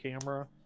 camera